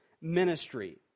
ministry